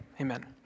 Amen